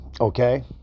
Okay